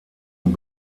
und